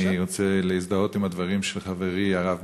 אני רוצה להזדהות עם הדברים של חברי הרב